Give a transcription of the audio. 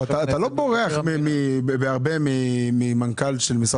אבל אתה לא בורח בהרבה ממנכ"ל של משרד